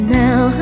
now